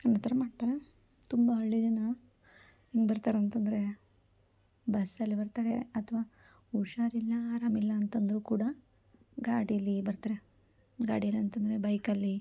ಅನ್ನೋ ಥರ ಮಾಡ್ತಾರೆ ತುಂಬ ಹಳ್ಳಿ ಜನ ಹೆಂಗೆ ಬರ್ತಾರೆ ಅಂತಂದರೆ ಬಸ್ಸಲ್ಲಿ ಬರ್ತಾರೆ ಅಥವಾ ಹುಷಾರಿಲ್ಲ ಅರಾಮಿಲ್ಲ ಅಂತಂದರೂ ಕೂಡ ಗಾಡಿಯಲ್ಲಿ ಬರ್ತಾರೆ ಗಾಡಿಯಲ್ಲಿ ಅಂತಂದರೆ ಬೈಕಲ್ಲಿ